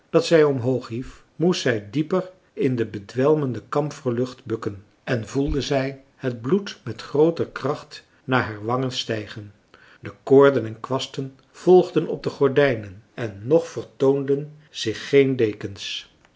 dat zij omhoog hief moest zij dieper in de bedwelmende kamferlucht bukken en voelde zij het bloed met grooter kracht naar haar wangen stijgen de koorden en kwasten volgden op de gordijnen en nog vertoonden zich geen dekens